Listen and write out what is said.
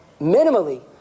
minimally